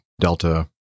Delta